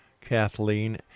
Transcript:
Kathleen